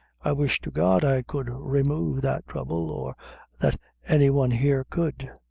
i wish to god i could remove that trouble, or that any one here could!